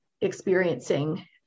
experiencing